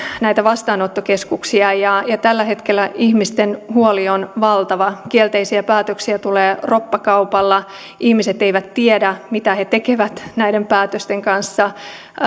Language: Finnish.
näitä vastaanottokeskuksia ja ja tällä hetkellä ihmisten huoli on valtava kielteisiä päätöksiä tulee roppakaupalla ihmiset eivät tiedä mitä he tekevät näiden päätösten kanssa